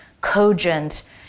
cogent